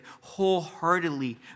wholeheartedly